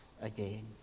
again